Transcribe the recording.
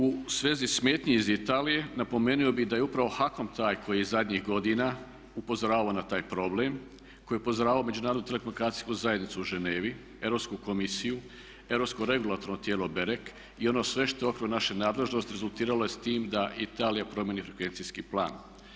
U svezi smetnji iz Italije napomeno bi da je upravo HAKOM taj koji je zadnjih godina upozoravao na taj problem, koji je upozoravao međunarodnu telekomunikacijsku zajednicu u Ženevi, Europsku komisiju, Europsko regulatorno tijelo BEREK i ono sve što je u okviru naše nadležnosti rezultiralo je s tim da Italija promjeni frekvencijski plan.